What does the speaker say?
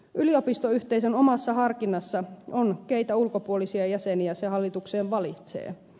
yliopistoyhteisön omassa harkinnassa on keitä ulkopuolisia jäseniä se hallitukseen valitsee